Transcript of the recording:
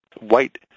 white